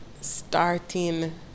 starting